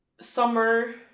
summer